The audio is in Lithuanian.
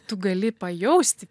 tu gali pajausti